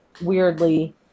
weirdly